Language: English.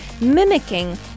mimicking